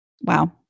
Wow